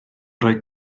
roi